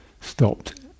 stopped